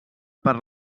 per